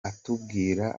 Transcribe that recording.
atubwira